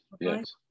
Yes